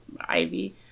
ivy